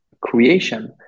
creation